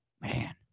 Man